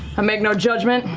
i make no judgment.